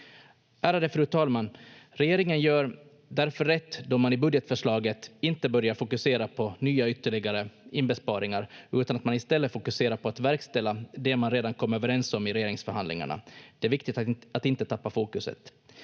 Ärade fru talman! Regeringen gör därför rätt då man i budgetförslaget inte börjar fokusera på nya ytterligare inbesparingar, utan i stället fokuserar på att verkställa det man redan kom överens om i regeringsförhandlingarna. Det är viktigt att inte tappa fokuset.